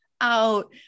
out